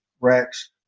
Rex